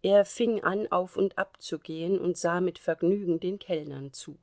er fing an auf und ab zu gehen und sah mit vergnügen den kellnern zu